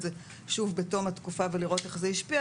זה שוב בתום התקופה ולראות איך זה השפיע,